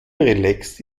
relaxt